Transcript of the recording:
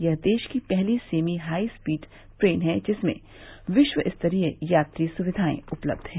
यह देश की पहली सेमी हाई स्पीड ट्रेन है जिसमें विश्व स्तरीय यात्री सुविधाएं उपलब्ध हैं